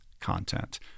content